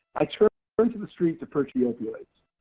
i turned turned to the streets to purchase the opioids.